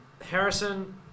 Harrison